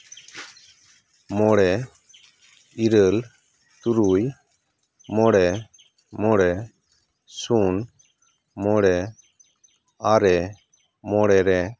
ᱢᱚᱬᱮ ᱤᱨᱟᱹᱞ ᱛᱩᱨᱩᱭ ᱢᱚᱬᱮ ᱢᱚᱬᱮ ᱥᱩᱱ ᱢᱚᱬᱮ ᱟᱨᱮ ᱢᱚᱬᱮ ᱨᱮ